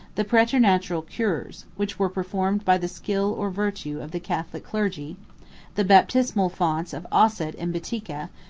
the preternatural cures, which were performed by the skill or virtue of the catholic clergy the baptismal fonts of osset in boetica,